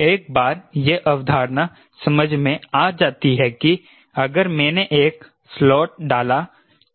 एक बार यह अवधारणा समझ में आ जाती है कि अगर मैंने एक स्लॉट डाला